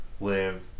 live